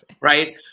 Right